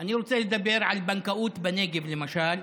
אני רוצה לדבר על בנקאות בנגב, למשל.